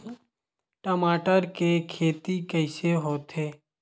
टमाटर के खेती कइसे होथे?